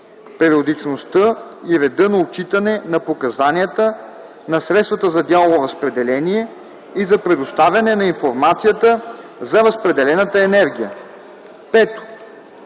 периодичността и реда на отчитане на показанията на средствата за дялово разпределение и за предоставяне на информацията за разпределената енергия;